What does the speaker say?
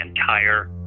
entire